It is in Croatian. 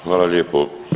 Hvala lijepo.